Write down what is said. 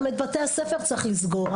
גם את בתי הספר צריך לסגור.